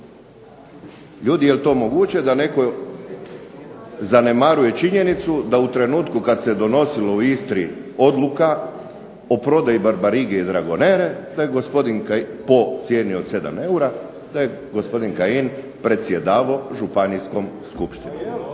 ljudi jel' to moguće da netko zanemaruje činjenicu da u trenutku kad se donosilo u Istri odluka o prodaji Barbarige i Dragonele da je gospodin po cijeni od 7 eura, da je gospodin Kajin predsjedavao županijskom skupštinom.